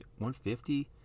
150